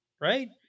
Right